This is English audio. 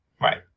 Right